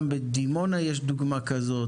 בדימונה יש דוגמה כזו,